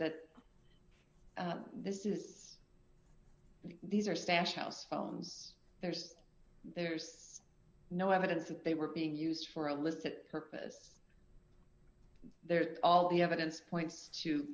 that this is these are stash house phones there's there's no evidence that they were being used for illicit purpose they're all the evidence points to